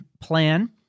plan